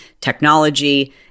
technology